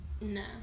No